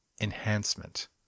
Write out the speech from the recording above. enhancement